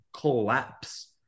collapse